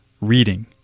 reading